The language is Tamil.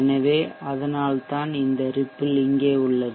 எனவே அதனால்தான் இந்த ரிப்பிள் இங்கே உள்ளது